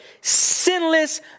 sinless